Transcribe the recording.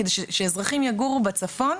כדי שאזרחים יגורו בצפון,